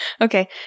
Okay